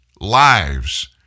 lives